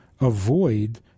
avoid